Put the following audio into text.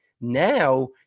Now